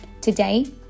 Today